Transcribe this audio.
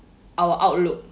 our outlook